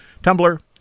Tumblr